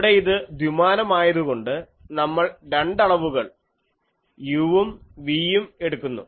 ഇവിടെ ഇത് ദ്വിമാനമായതുകൊണ്ട് നമ്മൾ രണ്ട് അളവുകൾ u ഉം v യും എടുക്കുന്നു